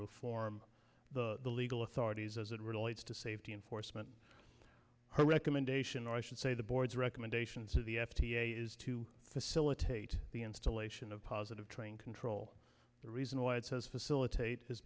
reform the legal authorities as it relates to safety enforcement her recommendation or i should say the board's recommendation to the f d a is to facilitate the installation of positive train control the reason why it says facilitate is